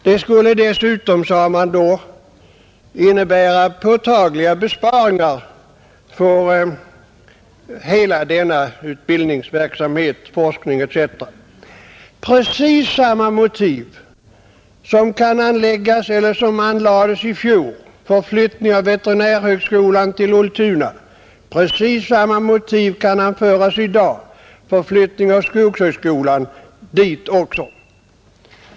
Det skulle dessutom, sade man då, innebära påtagliga besparingar för hela denna utbildningsverksamhet, forskning etc. Precis samma motiv som anlades i fjol för flyttning av veterinärhögskolan till Ultuna kan användas i dag för flyttning av skogshögskolan dit också.